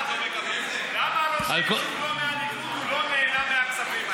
למה מי שלא מהליכוד לא נהנה מהכספים האלה?